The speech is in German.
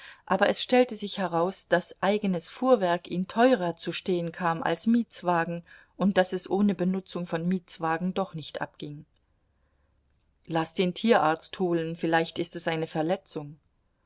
aber es stellte sich heraus daß eigenes fuhrwerk ihn teurer zu stehen kam als mietswagen und daß es ohne benutzung von mietswagen doch nicht abging laß den tierarzt holen vielleicht ist es eine verletzung